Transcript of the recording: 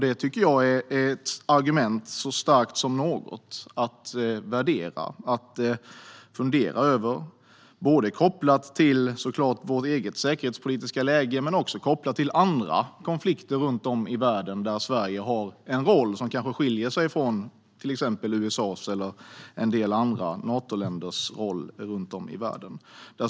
Det tycker jag är ett argument så starkt som något att värdera och fundera över, kopplat till, såklart, vårt eget säkerhetspolitiska läge men också kopplat till andra konflikter runt om i världen där Sverige har en roll som kanske skiljer sig från till exempel USA:s eller en del andra Natoländers roll runt om i världen.